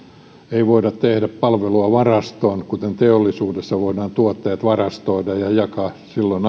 ei voida tehdä palvelua varastoon kuten teollisuudessa voidaan tuotteet varastoida ja jakaa asiakkaille silloin